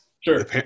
Sure